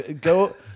Go